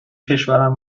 کشورم